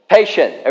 Patient